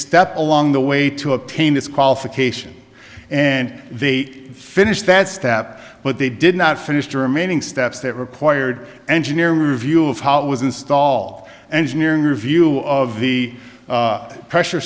step along the way to obtain this qualification and the finish that step but they did not finish the remaining steps that required engineering review of how it was installed engineering review of the pressure